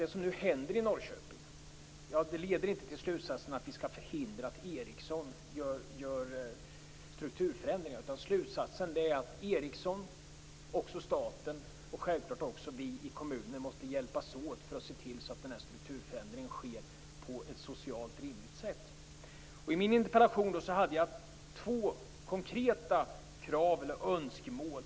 Det som nu händer i Norrköping leder inte till slutsatsen att vi skall förhindra att Ericsson gör strukturförändringar, utan slutsatsen är att Ericsson och staten, och självklart också vi i kommunen, måste hjälpas åt för att se till att den här strukturförändringen sker på ett socialt rimligt sätt. I min interpellation hade jag två konkreta önskemål.